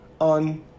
on